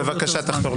בבקשה, תחתור לסיום.